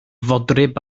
fodryb